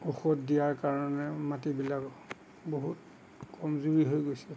ঔষধ দিয়াৰ কাৰণে মাটিবিলাক বহুত কমজুৰি হৈ গৈছে